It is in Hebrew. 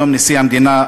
היום נשיא המדינה,